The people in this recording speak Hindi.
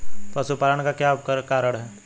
पशुपालन का क्या कारण है?